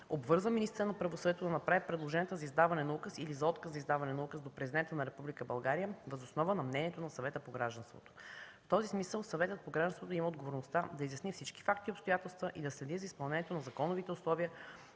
обвързва министъра на правосъдието да направи предложението за издаване на указ или за отказ за издаване на указ до Президента на Република България въз основа на решение на Съвета по гражданството. В този смисъл Съветът по гражданството да има отговорността да изясни всички факти и обстоятелства и да следи за изпълнението на законовите условия